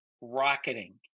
rocketing